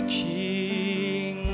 king